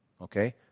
Okay